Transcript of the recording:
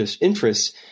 interests